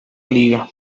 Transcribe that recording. liga